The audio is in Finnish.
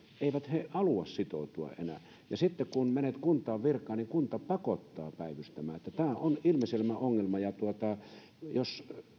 eivät halua sitoutua enää ja sitten kun menet kuntaan virkaan niin kunta pakottaa päivystämään tämä on ilmiselvä ongelma jos